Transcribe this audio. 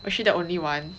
is she the only one